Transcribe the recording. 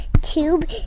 tube